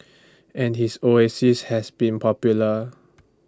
and his oasis has been popular